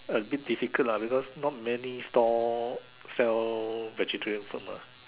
a bit difficult lah because not many stalls sell vegetarian food mah